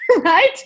right